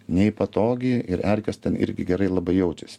nei patogi ir erkės ten irgi gerai labai jaučiasi